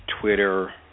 Twitter